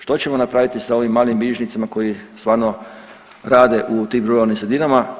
Što ćemo napraviti sa ovim malim bilježnicima koji stvarno rade u tim ruralnim sredinama?